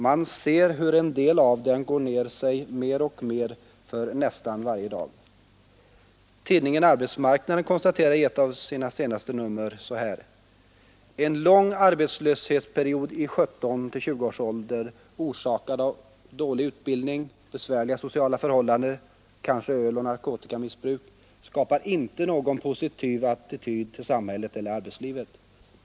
Man ser hur en del av dem går ner sig mer och mer för nästan varje dag.” Tidningen Arbetsmarknaden konstaterar i ett av sina senaste nummer: ”En lång arbetslöshetsperiod i 17—20 års ålder orsakad av dålig utbildning, besvärliga sociala förhållanden, kanske öleller narkotikamissbruk, skapar inte någon positiv attityd till samhället eller arbetslivet.